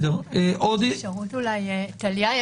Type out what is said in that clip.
טליה,